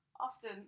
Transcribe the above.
often